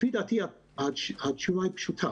לפי דעתי התשובה היא פשוטה